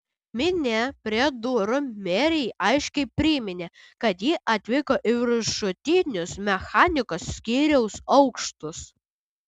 minia prie durų merei aiškiai priminė kad ji atvyko į viršutinius mechanikos skyriaus aukštus